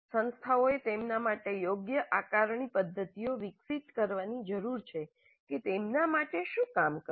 સંસ્થાઓએ તેમના માટે યોગ્ય આકારણી પદ્ધતિઓ વિકસિત કરવાની જરૂર છે કે તેમના માટે શું કામ કરે છે